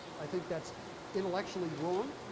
i think that's intellectually wrong,